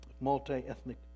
Multi-ethnic